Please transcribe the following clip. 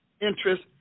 interest